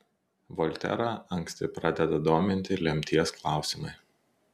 volterą anksti pradeda dominti lemties klausimai